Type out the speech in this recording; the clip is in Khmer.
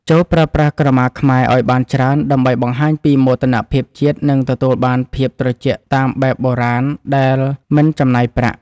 ចូរប្រើប្រាស់ក្រមាខ្មែរឱ្យបានច្រើនដើម្បីបង្ហាញពីមោទនភាពជាតិនិងទទួលបានភាពត្រជាក់តាមបែបបុរាណដែលមិនចំណាយប្រាក់។